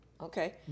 Okay